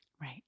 Right